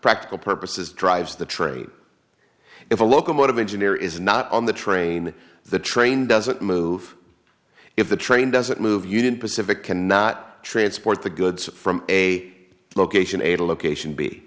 practical purposes drives the trade if a locomotive engineer is not on the train the train doesn't move if the train doesn't move you didn't pacific cannot transport the goods from a location a to location b